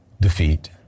defeat